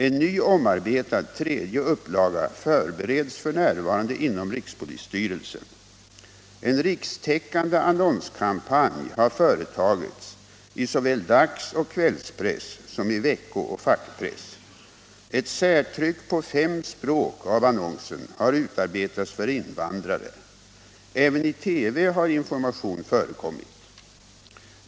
En ny, omarbetad tredje upplaga förbereds f. n. inom rikspolisstyrelsen. En rikstäckande annonskampanj har företagits såväl i dagsoch kvällspress som i vecko och fackpress. Ett särtryck på fem språk av annonsen har utarbetats för invandrare. Även i TV har information förekommit.